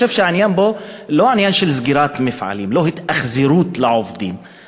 אני חושב שהעניין פה אינו עניין של סגירת מפעלים או התאכזרות לעובדים,